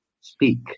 speak